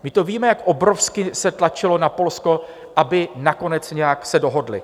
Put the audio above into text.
My to víme, jak obrovsky se tlačilo na Polsko, aby se nakonec nějak dohodli.